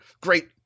great